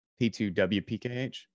P2WPKH